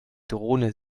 drohne